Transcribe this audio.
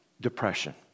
depression